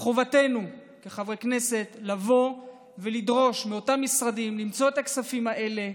חובתנו כחברי כנסת לבוא ולדרוש מאותם משרדים למצוא את הכספים האלה.